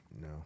no